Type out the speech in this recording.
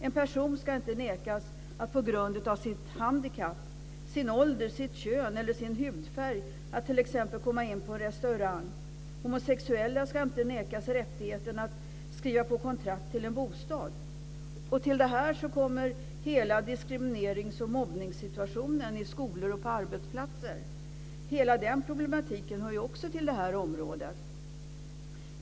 En person ska inte nekas att på grund av sitt handikapp, sin ålder, sitt kön eller sin hudfärg t.ex. komma in på en restaurang. Homosexuella ska inte nekas rättigheten att skriva på kontrakt till en bostad. Till detta kommer hela diskriminerings och mobbningssituationen i skolor och på arbetsplatser. Hela den problematiken hör ju också till det här området.